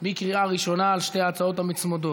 בקריאה ראשונה על שתי ההצעות המוצמדות.